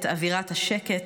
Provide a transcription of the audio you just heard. את אווירת השקט,